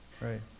Right